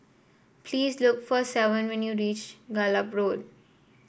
please look for Savon when you reach Gallop Road